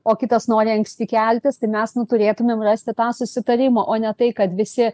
o kitas nori anksti keltis tai mes nu turėtumėm rasti tą susitarimą o ne tai kad visi